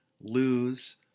lose